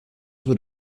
were